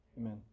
Amen